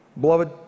beloved